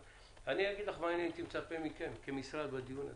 אגיד לך מה אני מצפה מכם כמשרד בדיון הזה: